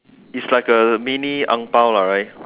is like a mini 红包 lah right